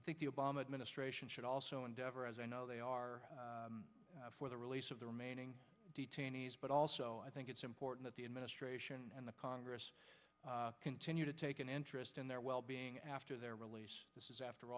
i think the obama administration should also endeavor as no they are for the release of the remaining detainees but also i think it's important that the administration and the congress continue to take an interest in their wellbeing after their release this is after